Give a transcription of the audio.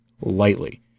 lightly